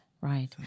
right